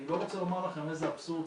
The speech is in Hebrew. אני לא רוצה לומר לכם איזה אבסורד זה.